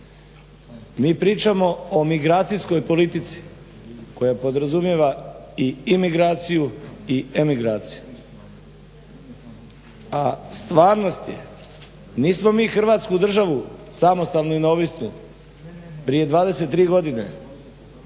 Mi pričamo o migracijskoj politici koja podrazumijeva i imigraciju i emigraciju, a stvaranost je nismo mi Hravtsku državu samostalnu i neovisnu prije 23 godine